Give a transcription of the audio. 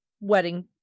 wedding